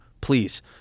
please